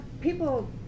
people